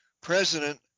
President